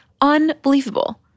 Unbelievable